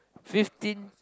fifteen